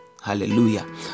Hallelujah